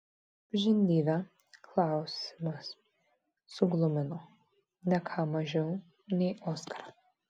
žindyvę klausimas suglumino ne ką mažiau nei oskarą